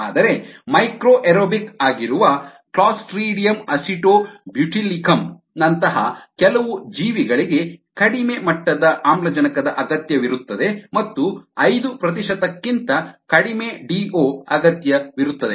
ಆದರೆ micro aerobic ಆಗಿರುವ clostridium acetobutylicum ನಂತಹ ಕೆಲವು ಜೀವಿಗಳಿಗೆ ಕಡಿಮೆ ಮಟ್ಟದ ಆಮ್ಲಜನಕದ ಅಗತ್ಯವಿರುತ್ತದೆ ಮತ್ತು ಐದು ಪ್ರತಿಶತಕ್ಕಿಂತ ಕಡಿಮೆ ಡಿಒ ಅಗತ್ಯವಿರುತ್ತದೆ